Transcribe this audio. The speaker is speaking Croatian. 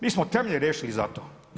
Mi smo temelje riješili za to.